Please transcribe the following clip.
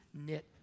knit